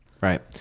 right